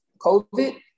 COVID